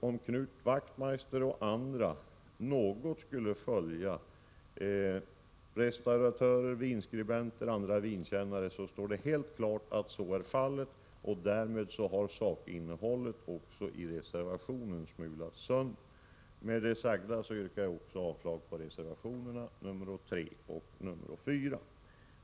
Om Knut Wachtmeister och andra något skulle vilja följa vad restauratörer, vinskribenter och andra vinkännare ger uttryck åt, skulle man finna att det står helt klart att så är fallet. Därmed har sakinnehållet i reservation 4 smulats sönder. Med det sagda yrkar jag avslag på reservationerna 3 och 4.